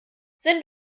sind